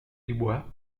dubois